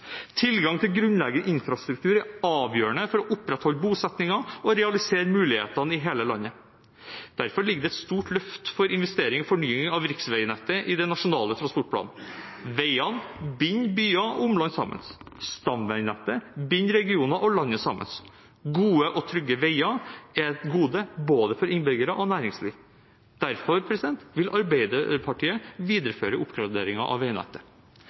Tilgang til grunnleggende infrastruktur er avgjørende for å opprettholde bosettingen og realisere mulighetene i hele landet. Derfor ligger det et stort løft for investering og fornying av riksveinettet i den nasjonale transportplanen. Veier binder byer og omland sammen. Stamveinettet binder regioner og landet sammen. Gode og trygge veier er et gode for både innbyggere og næringsliv. Derfor vil Arbeiderpartiet videreføre oppgraderingen av veinettet.